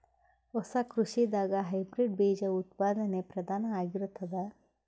ಹೊಸ ಕೃಷಿದಾಗ ಹೈಬ್ರಿಡ್ ಬೀಜ ಉತ್ಪಾದನೆ ಪ್ರಧಾನ ಆಗಿರತದ